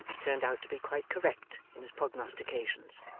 turned out to be quite correct in his prognostications.